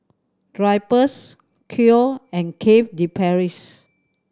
Drypers Koi and Cafe De Paris